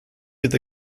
with